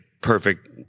perfect